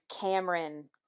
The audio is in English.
Cameron